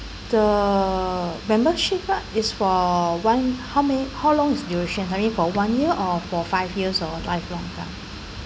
the membership card is for one how many how long is duration I mean for one year or for five years or lifelong time